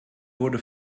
wurde